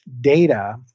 data